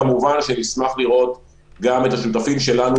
כמובן נשמח לראות גם את השותפים שלנו